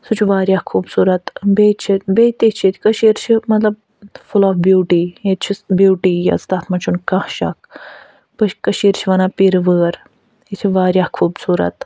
سُہ چھُ واریاہ خوٗبصوٗرَت بیٚیہِ چھِ بیٚیہِ تہِ چھِ ییٚتہِ کٔشیٖر چھِ مطلب فُل آف بیوٗٹی ییٚتہِ چھِ بیوٗٹی یٲژ تَتھ منٛز چھُنہٕ کانٛہہ شَک کٔشیٖرِ چھِ وَنان پیٖرٕ وٲر یہِ چھِ واریاہ خوٗبصوٗرَت